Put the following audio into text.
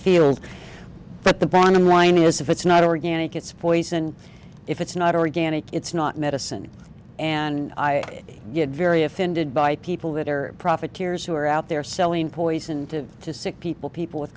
field but the bottom line is if it's not organic it's poison if it's not organic it's not met a and i get very offended by people that are profiteers who are out there selling poison to to sick people people w